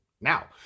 now